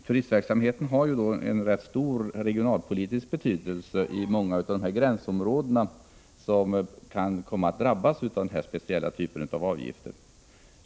Turistverksamheten har rätt stor regionalpolitisk betydelse i många gränsområden, som kan komma att drabbas av den här speciella typen av avgifter.